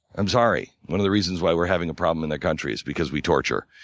i'm sorry. one of the reasons why we're having a problem in that country is because we torture.